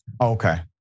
Okay